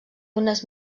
unes